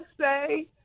say